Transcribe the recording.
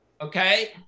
Okay